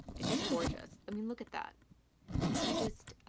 it's just gorgeous. i mean look at that you just